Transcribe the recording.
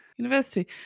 University